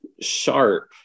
sharp